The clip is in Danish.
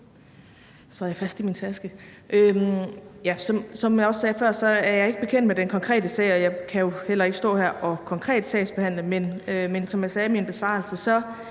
(Astrid Krag): Som jeg også sagde før, er jeg ikke bekendt med den konkrete sag, og jeg kan jo heller ikke stå her konkret og sagsbehandle, men som jeg sagde i min besvarelse, kan